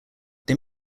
they